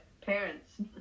parents